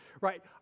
right